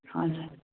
हजुर